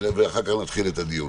ואחר כך נתחיל את הדיון.